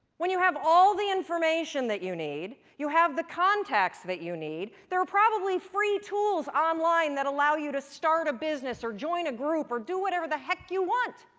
when you have all the information that you need, you have the contacts that you need, there are probably free tools online that allow you to start a business, or join a group, or do whatever the heck you want?